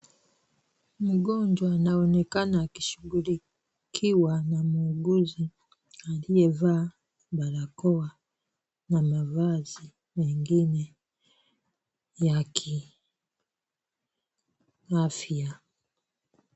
Mgonjwa anaonekana akishughulikiwa na muuguzi aliyevaa barakoa na mavazi mengine yakiafya.